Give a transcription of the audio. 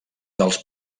dels